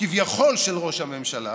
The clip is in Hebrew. כביכול של ראש הממשלה